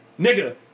Nigga